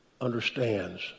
understands